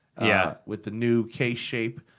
yeah with the new case shape,